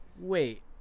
wait